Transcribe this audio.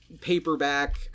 Paperback